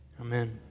Amen